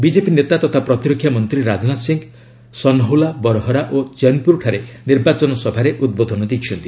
BJP ନେତା ତଥା ପ୍ରତୀରକ୍ଷା ମନ୍ତ୍ରୀ ରାଜନାଥ ସିଂହ ସନ୍ହୌଲା ବରହରା ଓ ଚେନ୍ପୁର ଠାରେ ନିର୍ବାଚନ ସଭାରେ ଉଦ୍ବୋଧନ ଦେଇଛନ୍ତି